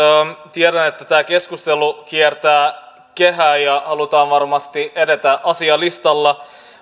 tiedän että tämä keskustelu kiertää kehää ja halutaan varmasti edetä asialistalla